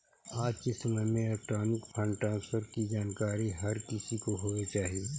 आज के समय में इलेक्ट्रॉनिक फंड ट्रांसफर की जानकारी हर किसी को होवे चाही